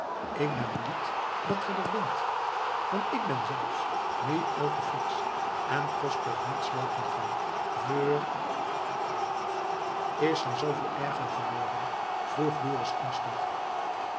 k ben blied dâ ge der bint want k bin zelfs niet als te fiksch en kost toch niet sloapen goan veur is zij zooveel erger geworden vroeg dorus angstig